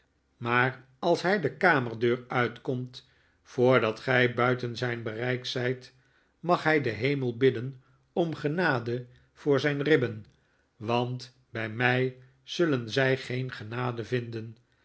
maar als hij de kamerdeur uitkomt voordat gij buiten zijn bereik zijt mag hij den hemel bidden om genade voor zijn ribben want bij mij zullen zij geen genade vinden